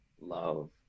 love